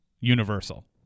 universal